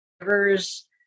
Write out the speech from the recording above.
rivers